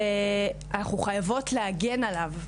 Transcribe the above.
ואנחנו חייבות להגן עליו,